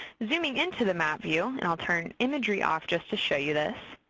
zooming into the map view and i'll turn imagery off just to show you this,